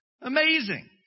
Amazing